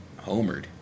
homered